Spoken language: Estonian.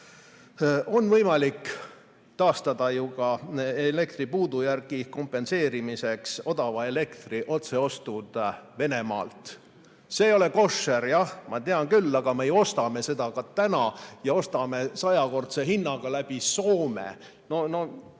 ju võimalik taastada ka elektripuudujäägi kompenseerimiseks odava elektri otseostud Venemaalt. See ei ole koššer, jah, ma tean küll, aga me ju ostame seda ka praegu ja ostame sajakordse hinnaga läbi Soome. No